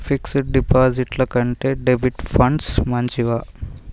Fix డ్ డిపాజిట్ల కంటే డెబిట్ ఫండ్స్ మంచివా?